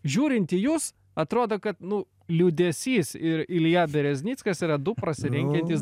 žiūrinti į jus atrodo kad nu liūdesys ir ilja bereznickas yra du prasilenkiantys